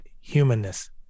humanness